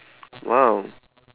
!wow!